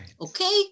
okay